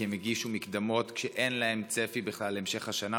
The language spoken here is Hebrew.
כי הם הגישו מקדמות כשאין להם בכלל צפי להמשך השנה,